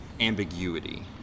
ambiguity